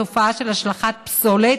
התופעה של השלכת פסולת